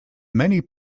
many